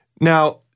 Now